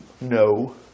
No